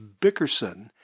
Bickerson